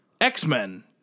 X-Men